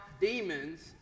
demons